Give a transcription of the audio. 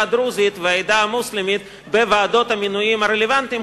הדרוזית והעדה המוסלמית בוועדות המינויים הרלוונטיות,